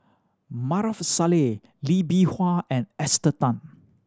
Maarof Salleh Lee Bee Wah and Esther Tan